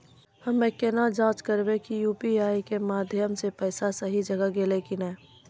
हम्मय केना जाँच करबै की यु.पी.आई के माध्यम से पैसा सही जगह गेलै की नैय?